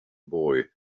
boy